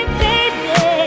baby